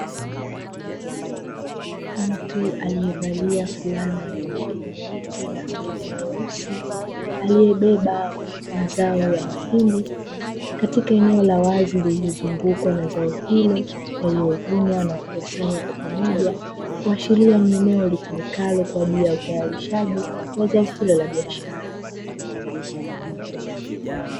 Mtu aliyevalia fulana yenye rangi nyeupe na sketi nyeusi aliyebeba mazao ya mahindi katika eneo la wazi lililozungukwa na zao hilo, yaliyovunwa na kukusanywa kwa pamoja kuashiria ni eneo litumikalo kwa ajili ya utayarishaji wa zao hilo la biashara.